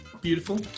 beautiful